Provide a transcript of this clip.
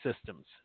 systems